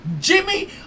Jimmy